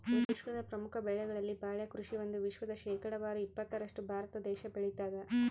ವಿಶ್ವದ ಪ್ರಮುಖ ಬೆಳೆಗಳಲ್ಲಿ ಬಾಳೆ ಕೃಷಿ ಒಂದು ವಿಶ್ವದ ಶೇಕಡಾವಾರು ಇಪ್ಪತ್ತರಷ್ಟು ಭಾರತ ದೇಶ ಬೆಳತಾದ